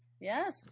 yes